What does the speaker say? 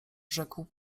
rzekł